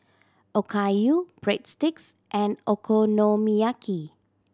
Okayu Breadsticks and Okonomiyaki